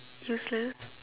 useless